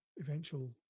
eventual